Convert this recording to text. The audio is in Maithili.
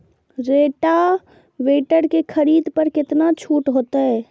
रोटावेटर के खरीद पर केतना छूट होते?